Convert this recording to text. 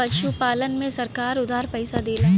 पशुपालन में सरकार उधार पइसा देला?